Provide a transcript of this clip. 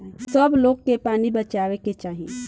सब लोग के की पानी बचावे के चाही